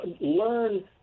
learn